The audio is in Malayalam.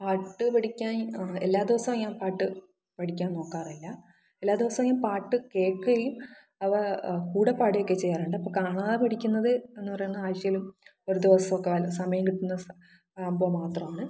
പാട്ട് പഠിക്കാൻ എല്ലാ ദിവസവും ഞാന് പാട്ട് പഠിക്കാൻ നോക്കാറില്ല എല്ലാ ദിവസവും ഞാന് പാട്ട് കേള്ക്കുകയും അവ കൂടെ പാടുകയൊക്കെ ചെയ്യാറുണ്ട് അപ്പം കാണാതെ പഠിക്കുന്നത് എന്നുപറയുന്നത് ആഴ്ചയില് ഒരു ദിവസം ഒക്കെ സമയം കിട്ടുന്ന ദിവസമൊക്കെ അപ്പം മാത്രമാണ്